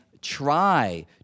try